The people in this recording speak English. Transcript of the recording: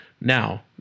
Now